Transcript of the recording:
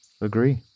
agree